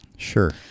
Sure